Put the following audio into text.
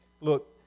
look